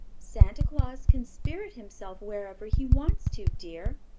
santa claus can spirit himself wherever he wants to, dear,